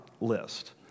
list